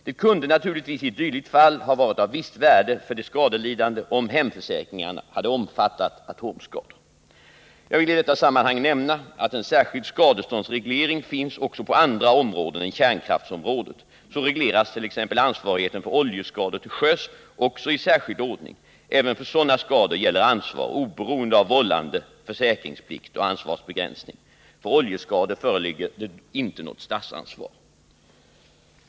Det kunde naturligtvis i ett dylikt fall ha varit av visst värde för de skadelidande, om hemförsäkringarna hade omfattat atomskador. Jag vill i detta sammanhang nämna att en särskild skadeståndsreglering finns också på andra områden än kärnkraftsområdet. Så regleras t.ex. ansvarigheten för oljeskador till sjöss också i särskild ordning. Även för sådana skador gäller ansvar oberoende av vållande. försäkringsplikt och ansvarsbegränsning. För oljeskador föreligger det inte något statsansvar.